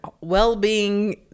well-being